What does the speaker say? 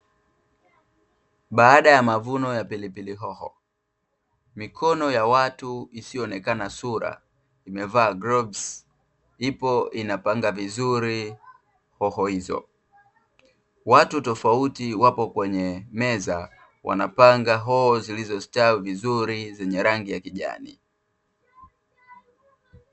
Baada ya mavuno ya pilipili hoho , mikono ya watu isiyoonekana sura imevaa glovzi ipo inapanga vizuri hoho hizo, watu tofauti wapo kwenye meza wanapanga hoho zilizostawi vizuri zenye rangi ya kijani.